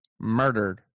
Murdered